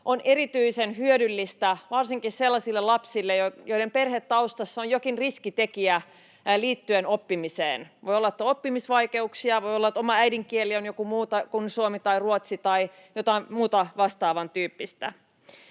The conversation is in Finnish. on erityisen hyödyllistä varsinkin sellaisille lapsille, joiden perhetaustassa on jokin riskitekijä liittyen oppimiseen — voi olla, että on oppimisvaikeuksia, voi olla, että oma äidinkieli on joku muu kuin suomi tai ruotsi, tai voi olla jotain muuta vastaavantyyppistä.